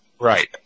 Right